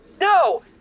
No